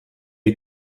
est